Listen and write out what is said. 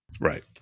right